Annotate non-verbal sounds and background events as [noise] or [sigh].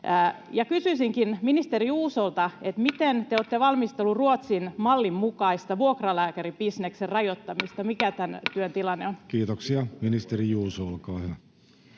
Ja kysyisinkin ministeri Juusolta: Miten [noise] te olette valmistellut Ruotsin mallin mukaista vuokralääkäribisneksen rajoittamista? [noise] Mikä tämän työn tilanne on? Kiitoksia. — Ministeri Juuso, olkaa hyvä.